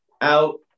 out